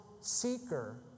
seeker